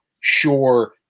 sure